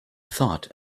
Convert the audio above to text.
thought